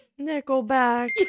Nickelback